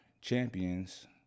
champions